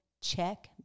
check